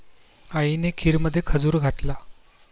आईने खीरमध्ये खजूर घातला